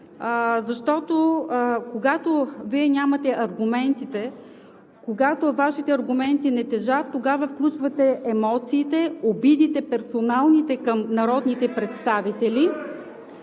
Защото когато Вие нямате аргументите, когато Вашите аргументи не тежат, тогава включвате емоциите, персоналните обиди към народните представители